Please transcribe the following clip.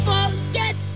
Forget